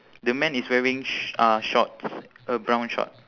the man is wearing sh~ uh shorts a brown short